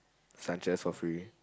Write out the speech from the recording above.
Sanchez for free